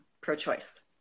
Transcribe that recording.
pro-choice